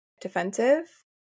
defensive